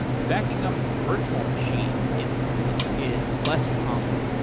backing up virtual machine instances is less common.